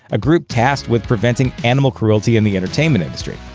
a group tasked with preventing animal cruelty in the entertainment industry.